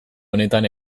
honetan